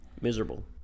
Miserable